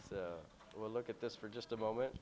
on well look at this for just a moment